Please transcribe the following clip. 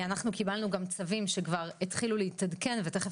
אנחנו קיבלנו גם צווים שכבר התחילו להתעדכן ותיכף